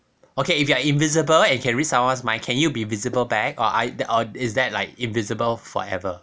okay if you are invisible and can read someone's mind can you be visible back or either or is that like invisible forever